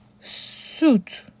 suit